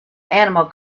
animal